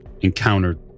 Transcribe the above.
encountered